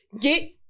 get